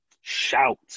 Shout